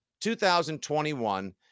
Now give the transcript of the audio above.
2021